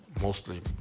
Mostly